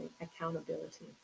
accountability